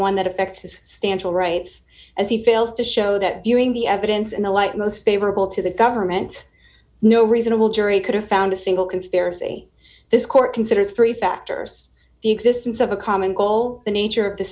one that affects his stand trial rights as he fails to show that viewing the evidence in the light most favorable to the government no reasonable jury could have found a single conspiracy this court considers three factors the existence of a common goal the nature of the